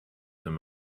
them